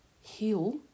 heal